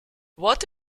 what